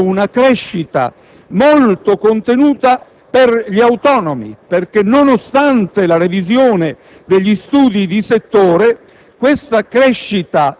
con quella che è stata una crescita molto contenuta per gli autonomi; nonostante la revisione degli studi di settore,